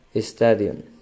stadium